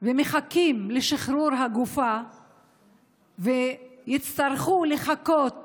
ומחכה לשחרור הגופה תצטרך לחכות